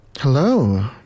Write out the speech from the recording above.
Hello